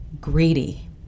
greedy